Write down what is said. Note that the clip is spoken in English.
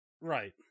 Right